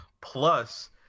Plus